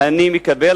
אני מקבל,